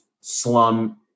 slum